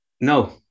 No